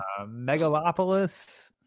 Megalopolis